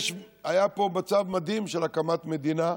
היה פה מצב מדהים של הקמת מדינה,